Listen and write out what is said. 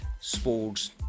sports